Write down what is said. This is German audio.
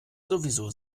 sowieso